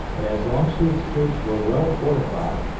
but as longstreet's troops were well fortified,